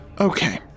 Okay